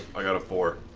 i got a four.